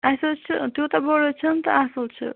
اسہِ حظ چھُ تیوٗتاہ بوٚڑ حظ چھُنہٕ تہٕ اصٕل چھُ